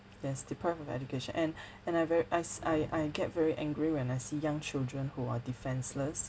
yes deprived of education and and I ve~ I s~ I I get very angry when I see young children who are defenceless